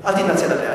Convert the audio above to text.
אל תתנצל עליה.